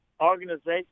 Organization